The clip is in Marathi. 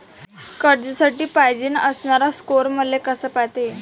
कर्जासाठी पायजेन असणारा स्कोर मले कसा पायता येईन?